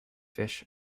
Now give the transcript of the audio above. fish